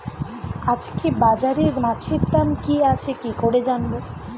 আজকে বাজারে মাছের দাম কি আছে কি করে জানবো?